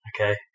okay